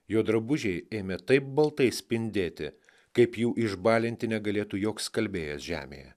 jo drabužiai ėmė taip baltai spindėti kaip jų išbalinti negalėtų joks skalbėjas žemėje